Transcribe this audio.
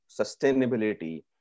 sustainability